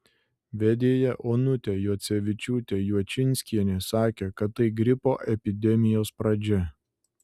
vedėja onutė juocevičiūtė juočinskienė sakė kad tai gripo epidemijos pradžia